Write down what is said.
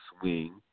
swing